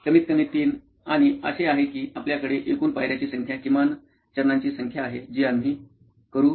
कमीतकमी 3 आणि असे आहे की आपल्याकडे एकूण पायऱ्याची संख्या आणि किमान चरणांची संख्या आहे जी आम्ही करू